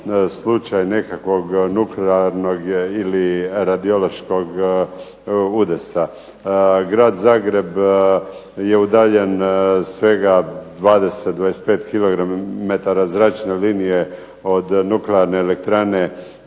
nekakvog nuklearnog ili radiološkog udesa. Grad Zagreb je udaljen svega 25 km zračne linije od Nuklearne elektrane